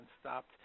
stopped